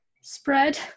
spread